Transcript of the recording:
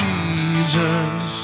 Jesus